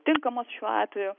tinkamas šiuo atveju